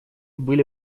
были